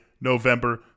November